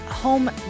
Home